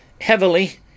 heavily